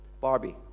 Barbie